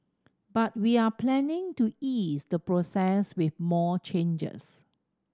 but we are planning to ease the process with more changes